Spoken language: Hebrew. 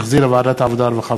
עברה בקריאה